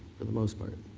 for the most part.